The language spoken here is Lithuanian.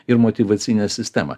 ir motyvacinę sistemą